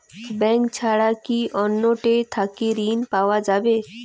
Bank ছাড়া কি অন্য টে থাকি ঋণ পাওয়া যাবে?